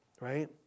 right